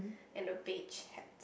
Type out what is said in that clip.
and a beige hat